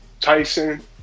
Tyson